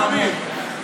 אני לא מאמין.